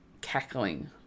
cackling